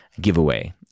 giveaway